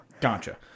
Gotcha